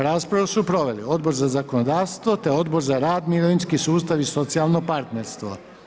Raspravu su proveli Odbor za zakonodavstvo te Odbor za rad, mirovinski sustav i socijalno partnerstvo.